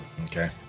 Okay